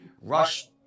Rush